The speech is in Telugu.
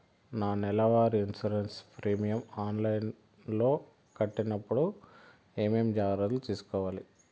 నా నెల వారి ఇన్సూరెన్సు ప్రీమియం ఆన్లైన్లో కట్టేటప్పుడు ఏమేమి జాగ్రత్త లు తీసుకోవాలి?